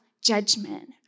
judgment